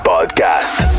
Podcast